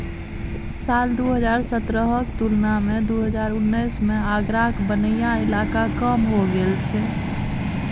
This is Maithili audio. साल दु हजार सतरहक तुलना मे दु हजार उन्नैस मे आगराक बनैया इलाका कम हो गेल छै